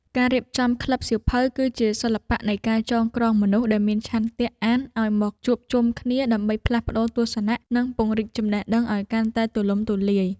ការរៀបចំក្លឹបសៀវភៅ គឺជាសិល្បៈនៃការចងក្រងមនុស្សដែលមានឆន្ទៈអានឱ្យមកជួបជុំគ្នា ដើម្បីផ្លាស់ប្តូរទស្សនៈ និងពង្រីកចំណេះដឹងឱ្យកាន់តែទូលំទូលាយ។